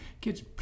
kids